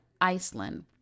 Iceland